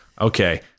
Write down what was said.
Okay